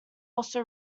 also